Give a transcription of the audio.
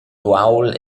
uaul